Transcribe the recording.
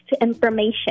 information